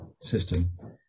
system